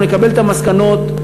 אנחנו נקבל את המסקנות.